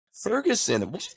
Ferguson